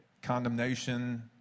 condemnation